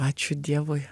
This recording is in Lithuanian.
ačiū dievui